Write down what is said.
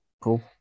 cool